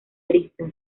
aristas